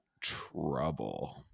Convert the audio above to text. Trouble